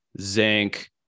zinc